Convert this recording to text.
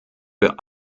für